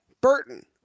Burton